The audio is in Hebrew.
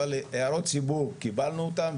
אבל הערות ציבור קיבלנו אותן,